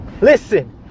Listen